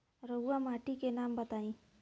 रहुआ माटी के नाम बताई?